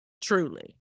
truly